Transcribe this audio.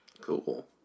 Cool